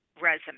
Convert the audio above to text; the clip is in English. resume